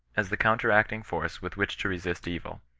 as the counteracting force with which to resist evil.